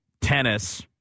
tennis